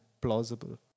plausible